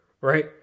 right